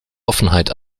offenheit